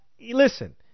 listen